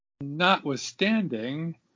notwithstanding